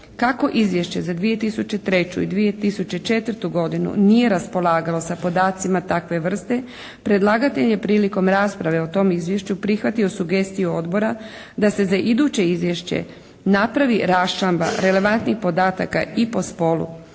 Kako izvješće za 2003. i 2004. godinu nije raspolagalo sa podacima takve vrste predlagatelj je prilikom rasprave o tom izvješću prihvatio sugestiju Odbora da se za iduće izvješće napravi raščlamba relevantnih podataka i po spolu